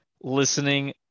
listening